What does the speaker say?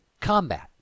combat